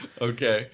Okay